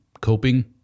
coping